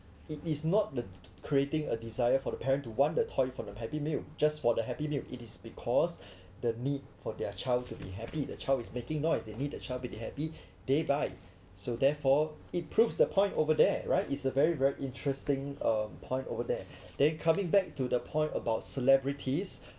it is not the creating a desire for the parent to want the toy from the happy meal just for the happy meal it is because the need for their child to be happy the child is making noise they need the child to be happy they buy so therefore it proved the point over there right is a very very interesting um point over there then coming back to the point about celebrities